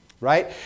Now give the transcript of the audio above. right